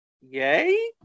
Yay